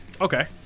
Okay